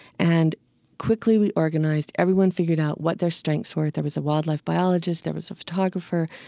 and quickly we organized. everyone figured out what their strengths were. there was a wildlife biologist, there was a photographer,